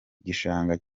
gishanga